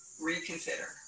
reconsider